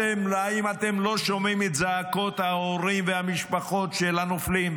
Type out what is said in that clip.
האם אתם לא שומעים את זעקות ההורים והמשפחות של הנופלים?